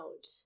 out